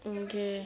oh okay